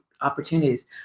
opportunities